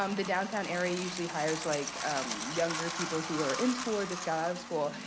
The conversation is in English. um the downtown area usually hires like younger people who are in school or just got out of school.